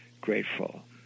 grateful